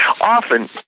Often